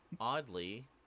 oddly